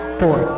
four